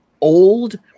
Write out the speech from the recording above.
old